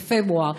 בפברואר.